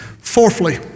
Fourthly